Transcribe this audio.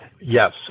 Yes